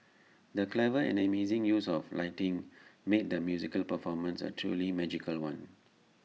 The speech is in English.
the clever and amazing use of lighting made the musical performance A truly magical one